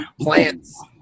plants